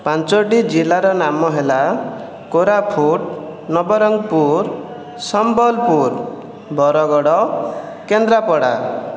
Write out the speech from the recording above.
ପାଞ୍ଚଟି ଜିଲ୍ଲାର ନାମ ହେଲା କୋରାପୁଟ ନବରଙ୍ଗପୁର ସମ୍ବଲପୁର ବରଗଡ଼ କେନ୍ଦ୍ରାପଡ଼ା